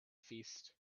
feast